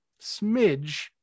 smidge